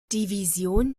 division